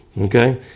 Okay